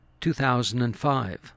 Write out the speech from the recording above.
2005